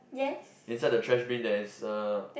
inside the trash bin there is uh